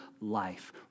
life